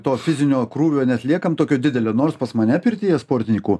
to fizinio krūvio neatliekam tokio didelio nors pas mane pirtyje sportininkų